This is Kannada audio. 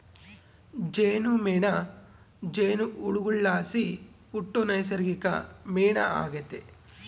ಜೇನುಮೇಣ ಜೇನುಹುಳುಗುಳ್ಲಾಸಿ ಹುಟ್ಟೋ ನೈಸರ್ಗಿಕ ಮೇಣ ಆಗೆತೆ